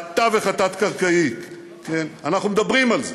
והתווך התת-קרקעי, אנחנו מדברים על זה.